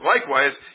likewise